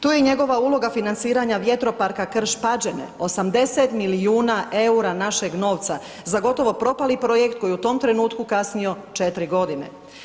Tu je njegova uloga financiranja Vjetroparka Krš Pađene, 80 milijuna eura našeg novca, za gotovo propali projekt koji je u tom trenutku kasnio 4 godine.